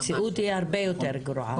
המציאות היא הרבה יותר גרועה.